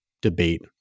debate